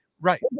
Right